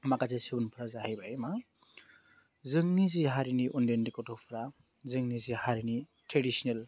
माखासे सुबुरुनफ्रा जाहैबाय मा जोंनि जि हारिनि उन्दै उन्दै गथ'फोरा जोंनि जे हारिनि ट्रेदिस्नेल